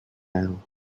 mail